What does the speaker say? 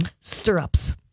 stirrups